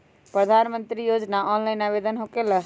प्रधानमंत्री योजना ऑनलाइन आवेदन होकेला?